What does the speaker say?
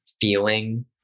feeling